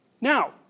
now